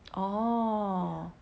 orh